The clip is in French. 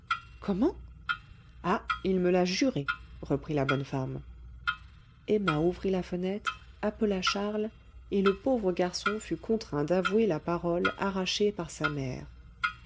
comment ah il me l'a juré reprit la bonne femme emma ouvrit la fenêtre appela charles et le pauvre garçon fut contraint d'avouer la parole arrachée par sa mère